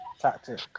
tactic